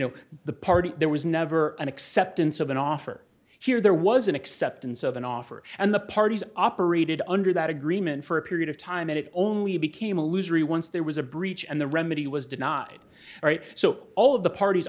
know the party there was never an acceptance of an offer here there was an acceptance of an offer and the parties operated under that agreement for a period of time and it only became a loser e once there was a breach and the remedy was denied right so all of the parties